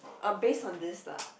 uh based on this lah